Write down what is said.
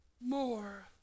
more